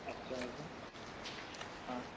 अच्छा अजून हा